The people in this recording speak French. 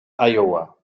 iowa